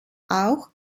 auch